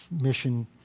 mission